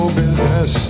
business